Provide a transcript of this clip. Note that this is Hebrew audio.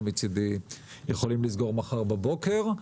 מצדי הם יכולים לסגור מחר בבוקר,